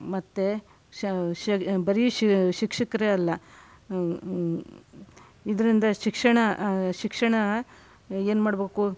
ಮತ್ತೆ ಬರೀ ಶಿಕ್ಷಕರೇ ಅಲ್ಲ ಇದರಿಂದ ಶಿಕ್ಷಣ ಶಿಕ್ಷಣ ಏನು ಮಾಡ್ಬೇಕು